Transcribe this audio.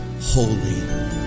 holy